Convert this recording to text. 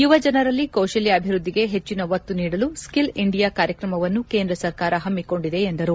ಯುವಜನರಲ್ಲಿ ಕೌಶಲ್ಕ ಅಭಿವೃದ್ದಿಗೆ ಹೆಜ್ಜಿನ ಒತ್ತು ನೀಡಲು ಸ್ಕಿಲ್ ಇಂಡಿಯಾ ಕಾರ್ಯಕ್ರಮವನ್ನು ಕೇಂದ್ರ ಸರ್ಕಾರ ಪಮ್ಮಿಕೊಂಡಿದೆ ಎಂದರು